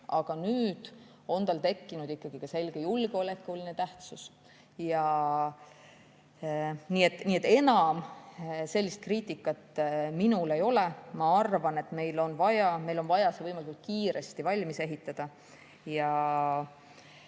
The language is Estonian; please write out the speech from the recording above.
aga nüüd on tal tekkinud ikkagi ka selge julgeolekuline tähtsus. Nii et enam sellist kriitikat minul ei ole. Ma arvan, et meil on vaja see võimalikult kiiresti valmis ehitada.